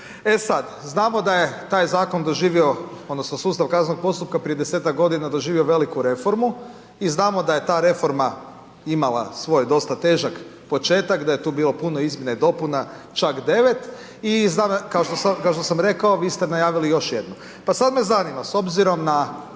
E sada znamo da je sada taj zakon doživio, odnosno, sustav kaznenog postupka, prije 10-tak godina doživio veliku reformu i znamo da je ta reforma imala svoj dosta težak početak da je tu bilo puno izmjena i dopuna, čak 9 i znam kao što sam rekao, vi ste najavili još jednu. Pa sada me zanima, s obzirom na